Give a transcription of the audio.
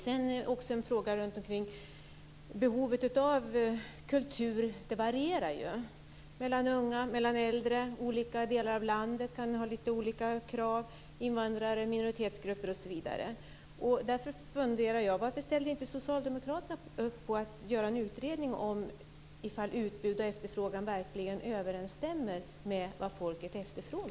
Sedan har jag också en fråga om behovet av kultur. Det varierar ju mellan unga och äldre. Olika delar av landet kan ha lite olika krav. Det gäller också invandrare, minoritetsgrupper osv. Därför undrar jag: